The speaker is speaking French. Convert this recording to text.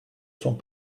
sont